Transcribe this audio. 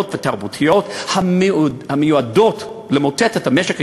ותרבותיות המיועדות למוטט את המשק הישראלי,